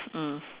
mm